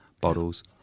bottles